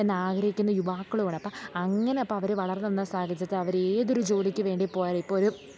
എന്നാഗ്രഹിക്കുന്ന യുവാക്കളും ഉണ്ട് അപ്പം അങ്ങനെ അപ്പം അവർ വളർന്നു വന്ന സാഹചര്യത്തിൽ അവരേതൊരു ജോലിക്കു വേണ്ടി പോയാലും ഇപ്പം ഒരു